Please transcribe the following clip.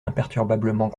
imperturbablement